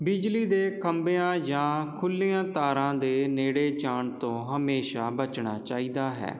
ਬਿਜਲੀ ਦੇ ਖੰਭਿਆਂ ਜਾਂ ਖੁੱਲ੍ਹੀਆਂ ਤਾਰਾਂ ਦੇ ਨੇੜੇ ਜਾਣ ਤੋਂ ਹਮੇਸ਼ਾ ਬਚਣਾ ਚਾਹੀਦਾ ਹੈ